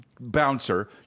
bouncer